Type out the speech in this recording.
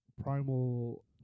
Primal